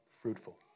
fruitful